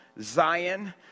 Zion